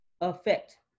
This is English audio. affect